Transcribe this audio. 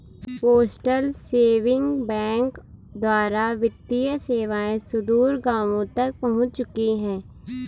postal saving bank द्वारा वित्तीय सेवाएं सुदूर गाँवों तक पहुंच चुकी हैं